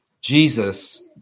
Jesus